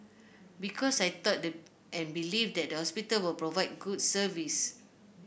because I thought and believe that the hospital will provide good service